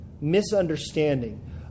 misunderstanding